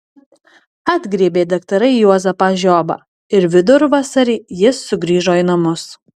atgriebė daktarai juozapą žiobą ir vidurvasarį jis sugrįžo į namus